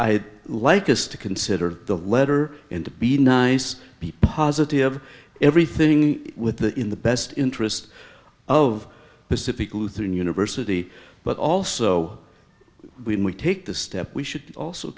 i like us to consider the letter in to be nice be positive everything with the in the best interest of pacific lutheran university but also when we take the step we should also